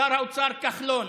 שר האוצר כחלון,